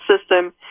system